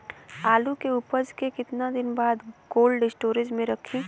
आलू के उपज के कितना दिन बाद कोल्ड स्टोरेज मे रखी?